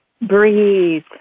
Breathe